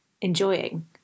enjoying